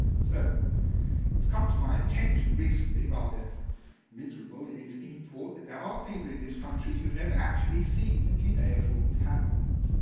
so it's come to my attention recently, rather miserable in its import, that there are people in this country who have never actually seen a cuneiform tablet.